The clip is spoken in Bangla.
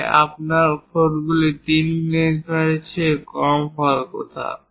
তাই আপনার অক্ষরগুলি 3 মিলিমিটারের চেয়ে কম হওয়ার কথা